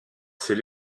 ses